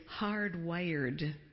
hardwired